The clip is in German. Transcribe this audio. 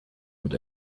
mit